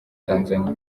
tanzania